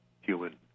human